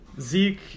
Zeke